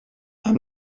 amb